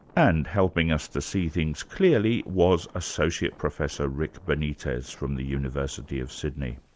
and helping us to see things clearly was associate professor rick benitez from the university of sydney.